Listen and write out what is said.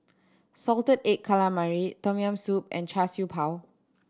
salted egg calamari Tom Yam Soup and Char Siew Bao